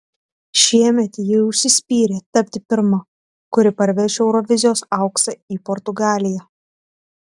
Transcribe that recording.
šiemet ji užsispyrė tapti pirma kuri parveš eurovizijos auksą į portugaliją